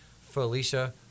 Felicia